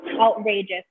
outrageous